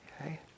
okay